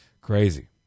crazy